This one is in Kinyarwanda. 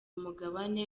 mugabane